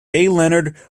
leonard